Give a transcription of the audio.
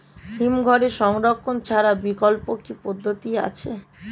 হিমঘরে সংরক্ষণ ছাড়া বিকল্প কি পদ্ধতি আছে?